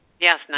Yes